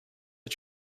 are